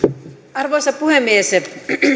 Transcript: arvoisa puhemies